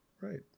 Right